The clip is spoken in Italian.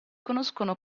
conoscono